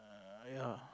err ya